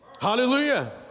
hallelujah